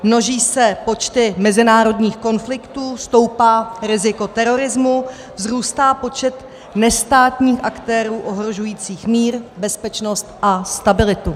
Množí se počty mezinárodních konfliktů, stoupá riziko terorismu, vzrůstá počet nestátních aktérů ohrožujících mír, bezpečnost a stabilitu.